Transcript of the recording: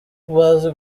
bazi